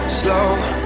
slow